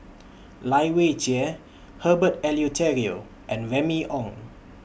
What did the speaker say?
Lai Weijie Herbert Eleuterio and Remy Ong